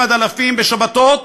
אלפים, אלפים, בשבתות.